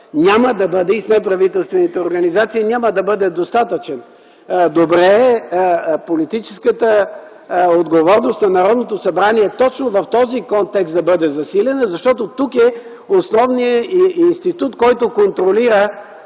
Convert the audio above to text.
синдикатите, с неправителствените организации и прочее няма да бъде достатъчен. Добре е политическата отговорност на Народното събрание точно в този контекст да бъде засилена, защото тук е основният институт, който контролира